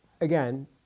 Again